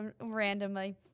randomly